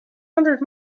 hundred